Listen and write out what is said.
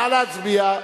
נא להצביע.